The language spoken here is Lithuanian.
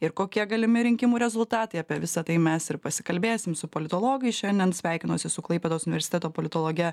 ir kokie galimi rinkimų rezultatai apie visa tai mes ir pasikalbėsim su politologais šiandien sveikinuosi su klaipėdos universiteto politologe